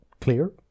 clear